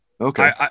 Okay